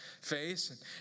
face